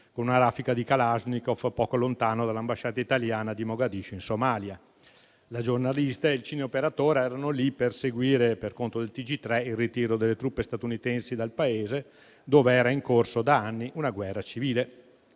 con una raffica di kalashnikov poco lontano dall'ambasciata italiana di Mogadiscio, in Somalia. La giornalista e il cineoperatore erano lì per seguire, per conto del TG3, il ritiro delle truppe statunitensi dal Paese, dove era in corso da anni una guerra civile.